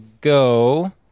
go